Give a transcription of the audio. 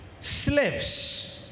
slaves